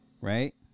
right